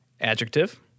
adjective